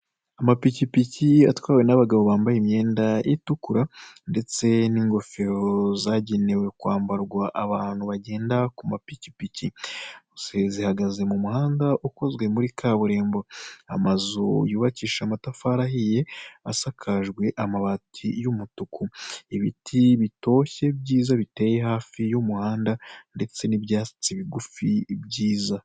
Amapikipiki atwawe n'abagabo bambaye imyenda itukura, ndetse n'ingofero zagenewe kwambarwa abantu bagenda ku mapikipiki, zihagaze mu muhanda ukozwe muri kaburimbo amazu yubakishije amatafari ahiye asakajwe amabati y'umutuku, ibiti bitoshye byiza biteye hafi y'umuhanda ndetse n'ibyatsi bigufi byiza.